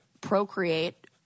procreate